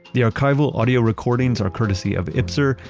the archival audio recordings are courtesy of ipsr,